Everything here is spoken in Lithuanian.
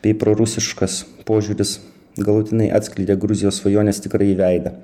bei prorusiškas požiūris galutinai atskleidė gruzijos svajonės tikrąjį veidą